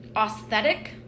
aesthetic